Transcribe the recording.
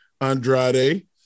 Andrade